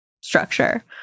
structure